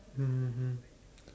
um